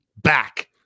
back